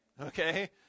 okay